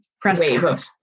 press